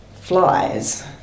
flies